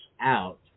out